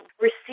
Receive